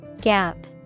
Gap